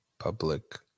Public